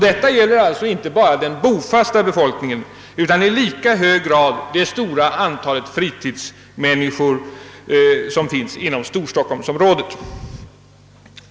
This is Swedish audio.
Detta gäller alltså inte bara den bofasta befolkningen utan i lika hög grad det stora antal människor som här tillbringar sin fritid.